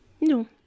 No